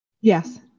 Yes